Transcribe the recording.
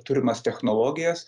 turimas technologijas